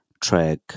track